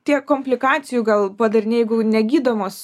tie komplikacijų gal padariniai jeigu negydomos